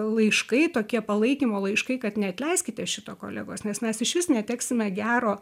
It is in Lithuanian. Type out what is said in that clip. laiškai tokie palaikymo laiškai kad neatleiskite šito kolegos nes mes išvis neteksime gero